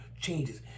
changes